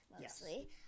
mostly